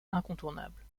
incontournable